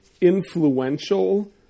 influential